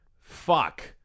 Fuck